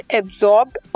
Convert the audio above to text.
absorbed